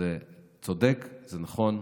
זה צודק, זה נכון,